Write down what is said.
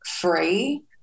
free